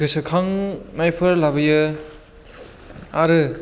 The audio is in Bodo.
गोसोखांनायफोर लाबोयो आरो